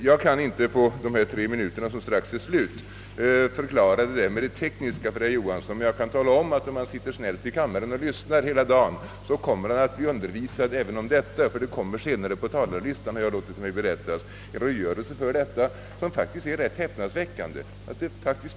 Jag kan inte på dessa tre minuter, som strax är slut, förklara det tekniska för herr Johansson, men jag kan tala om att om han sitter snällt kvar i kammaren och lyssnar hela dagen, kommer han att bli undervisad även om detta, ty enligt vad jag låtit mig berättas kommer en av de ledamöter som är antecknade på talarlistan att lämna en redogörelse för det tekniska.